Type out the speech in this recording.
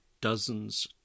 dozens